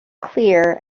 clear